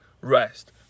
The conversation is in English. rest